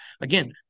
again